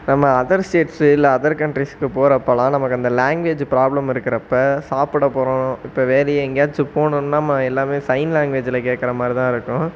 நம்ம other states இல்லை other கன்ட்ரிஸுக்கு போகிறப்பலாம் நமக்கு அந்த லாங்குவேஜ்ஜு ப்ராப்லம் இருக்கிறப்ப சாப்பிட போகிறோம் இப்போது வேறு எங்கேயாச்சும் போகணும்னா நம்ம எல்லாமே சைன் லாங்குவேஜ்ஜில் கேட்கற மாதிரி தான் இருக்கும்